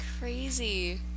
crazy